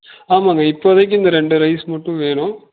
ஆமாங்க இப்போதைக்கு இந்த ரெண்டு ரைஸ் மட்டும் வேணும்